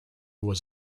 was